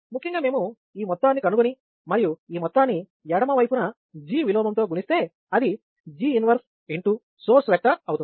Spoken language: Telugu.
ముఖ్యంగా మేము ఈ మొత్తాన్ని కనుగొని మరియు ఈ మొత్తాన్ని ఎడమ వైపున G విలోమంతో గుణిస్తే అది G 1 × సోర్స్ వెక్టర్ అవుతుంది